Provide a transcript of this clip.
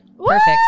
Perfect